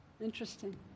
interesting